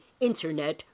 internet